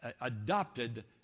adopted